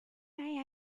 may